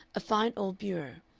a fine old bureau,